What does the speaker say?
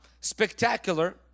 spectacular